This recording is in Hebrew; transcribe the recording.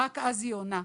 רק אז היא עונה,